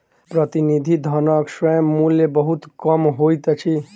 प्रतिनिधि धनक स्वयं मूल्य बहुत कम होइत अछि